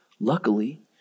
Luckily